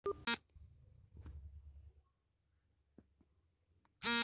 ಮರಗಳು ಗಾಳಿನ ಶುದ್ಧೀಕರ್ಸೋ ಪ್ರಮುಖ ಪಾತ್ರವಹಿಸ್ತದೆ ಉತ್ತಮ ಮಳೆಬರ್ರ್ಸೋಕೆ ಮರ ಸಹಾಯಕವಾಗಯ್ತೆ